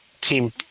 team